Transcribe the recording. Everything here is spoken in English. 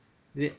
is it